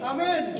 Amen